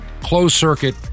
closed-circuit